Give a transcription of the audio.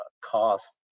cost